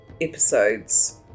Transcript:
episodes